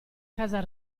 casa